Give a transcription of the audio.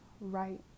right